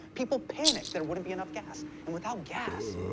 people panicked there wouldn't be enough gas. and without gas,